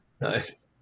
nice